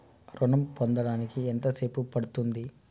ఋణం పొందడానికి ఎంత సేపు పడ్తుంది?